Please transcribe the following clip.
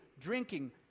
drinking